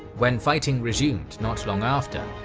when fighting resumed not long after,